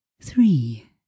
Three